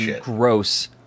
gross